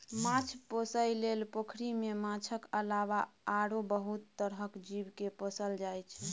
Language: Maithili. माछ पोसइ लेल पोखरि मे माछक अलावा आरो बहुत तरहक जीव केँ पोसल जाइ छै